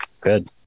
good